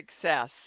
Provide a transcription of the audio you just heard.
success